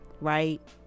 right